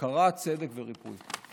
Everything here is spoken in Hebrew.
הכרה, צדק וריפוי.